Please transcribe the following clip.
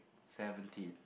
seventeen